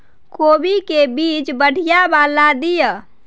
कोबी के बीज बढ़ीया वाला दिय?